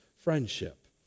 friendship